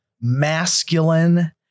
masculine